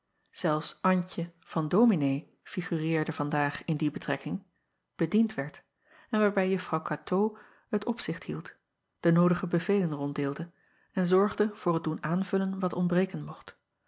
zelfs ntje van ominee figureerde vandaag in die betrekking bediend werd en waarbij uffrouw atoo het opzicht hield de noodige bevelen ronddeelde en zorgde voor het doen aanvullen wat ontbreken mocht